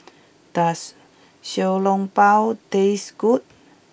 does Xiao Long Bao taste good